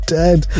dead